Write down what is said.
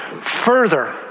Further